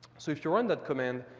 so if you run that command,